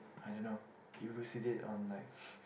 I don't know elucidate on like